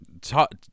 talk